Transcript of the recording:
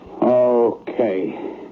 Okay